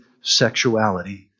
sexuality